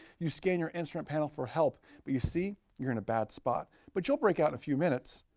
you scan your instrument panel for help but, you see, you're in a bad spot. but you'll break out a few minutes.